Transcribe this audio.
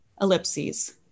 ellipses